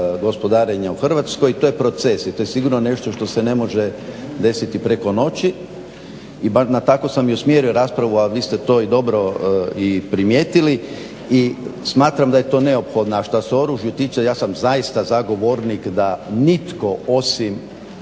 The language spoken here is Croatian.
gospodarenja u Hrvatskoj i to je proces i to je sigurno nešto što se ne može desiti preko noći i tako sam i usmjerio raspravu, a vi ste to i dobro i primijetili i smatram da je to neophodno. A što se oružja tiče, ja sam zaista zagovornik da nitko osim